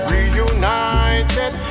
Reunited